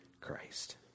Christ